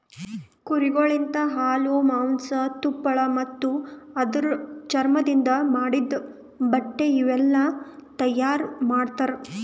ಕುರಿಗೊಳ್ ಲಿಂತ ಹಾಲು, ಮಾಂಸ, ತುಪ್ಪಳ ಮತ್ತ ಅದುರ್ ಚರ್ಮದಿಂದ್ ಮಾಡಿದ್ದ ಬಟ್ಟೆ ಇವುಯೆಲ್ಲ ತೈಯಾರ್ ಮಾಡ್ತರ